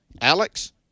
alex